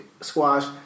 Squash